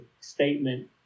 statement